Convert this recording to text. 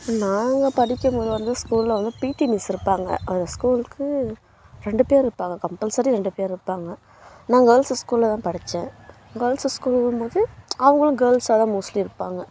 நாங்கள் படிக்கும்போது வந்து ஸ்கூலில் வந்து பிடி மிஸ் இருப்பாங்க அந்த ஸ்கூலுக்கு ரெண்டு பேர் இருப்பாங்க கம்பல்சரி ரெண்டு பேர் இருப்பாங்க நான் கேர்ள்ஸஸ் ஸ்கூலில் தான் படித்தேன் கேர்ள்ஸஸ் ஸ்கூல்லுங்கும்போது அவங்களும் கேர்ள்ஸாக தான் மோஸ்ட்லி இருப்பாங்க